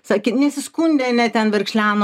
sakė nesiskundė ne ten verkšleno